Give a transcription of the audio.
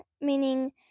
meaning